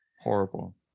Horrible